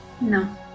No